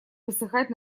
высыхать